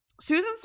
susan